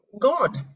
God